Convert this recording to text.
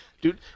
Dude